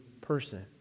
person